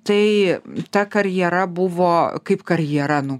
tai ta karjera buvo kaip karjera nu